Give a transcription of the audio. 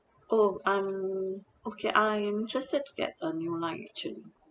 oh I'm okay I am just set to get a new line actually